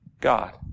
God